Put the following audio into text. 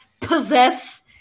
possess